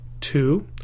Two